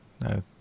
No